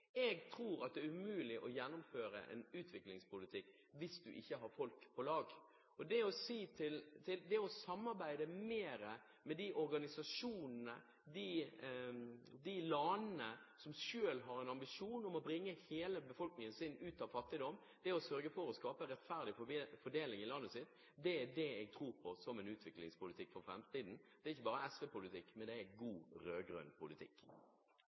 Jeg tror det er umulig å gjennomføre utviklingspolitikk hvis du ikke har folk på lag. Det å samarbeide mer med de organisasjonene og de landene som selv har en ambisjon om å bringe hele befolkningen sin ut av fattigdom og sørge for å skape rettferdig fordeling i landet, er det jeg tror på som en utviklingspolitikk for framtiden. Det er ikke bare SV-politikk, men det er god rød-grønn politikk.